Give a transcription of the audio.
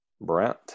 Brent